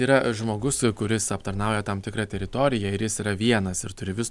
yra žmogus kuris aptarnauja tam tikrą teritoriją ir jis yra vienas ir turi vis